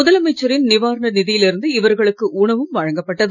முதலமைச்சரின் நிவாரண நிதியில் இருந்து இவர்களுக்கு உணவும் வழங்கப்பட்டது